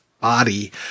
body